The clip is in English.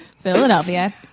Philadelphia